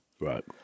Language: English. Right